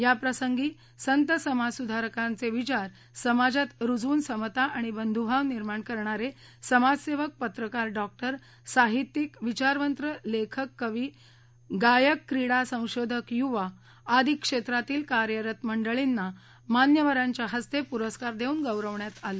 याप्रसंगी संत समाजसुधारकांचे विचार समाजात रुजवून समता आणि बंधुभाव निर्माण करणारे समाजसेवक पत्रकार डॉक्टर साहित्यिक विचारवंत लेखक कवी गायक क्रीडा संशोधक यूवा आदी क्षेत्रातील कार्यरत मंडळींना मान्यवरांच्या हस्ते पुरस्कार देवून गौरविण्यात आलं